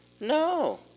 No